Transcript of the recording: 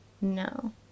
no